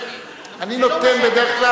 זה לא נכון,